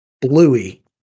Bluey